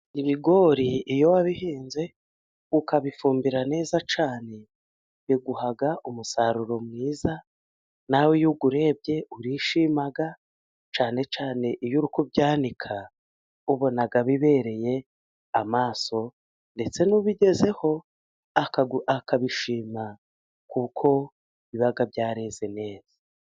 Ibigori iyo wabihinze ukabifumbira neza cyane biguha umusaruro mwiza. Na we iyo uwurebye urishima, cyane cane iyo uri kubyanika ubona bibereye amaso ndetse n'ubigezeho akabishima, kuko biba byareze neza.